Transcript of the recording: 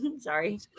Sorry